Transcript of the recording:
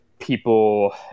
people